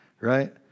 Right